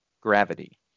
gravity